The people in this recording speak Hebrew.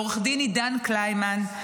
לעו"ד עידן קליינמן,